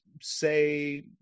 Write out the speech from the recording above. say